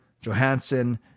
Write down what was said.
johansson